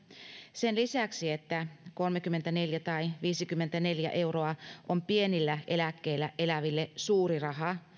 sen lisäksi että kolmekymmentäneljä tai viisikymmentäneljä euroa on pienillä eläkkeillä eläville suuri raha